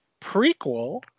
prequel